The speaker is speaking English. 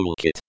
Toolkit